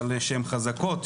אבל הן חזקות,